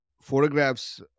photographs